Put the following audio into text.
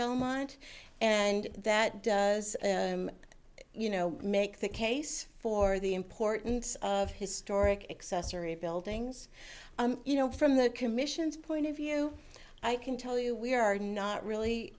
belmont and that does you know make the case for the importance of historic accessory buildings you know from the commission's point of view i can tell you we are not really